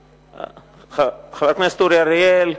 חבר הכנסת אורי אריאל,